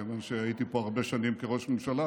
כיוון שהייתי פה הרבה שנים כראש ממשלה,